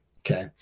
Okay